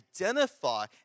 identify